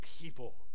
people